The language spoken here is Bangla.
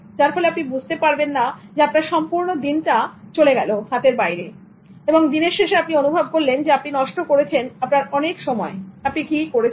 যার ফলে আপনি বুঝতে পারেন না যে আপনার সম্পূর্ণ দিনটা পিছলে গেল এবং দিনের শেষে আপনি অনুভব করলেন আপনি নষ্ট করেছেন আপনার অনেক সময় আপনি কি করেছেন